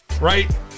right